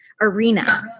arena